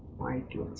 right to